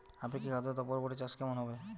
আপেক্ষিক আদ্রতা বরবটি চাষ কেমন হবে?